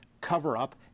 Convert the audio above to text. cover-up